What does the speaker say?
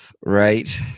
Right